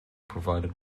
provided